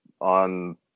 on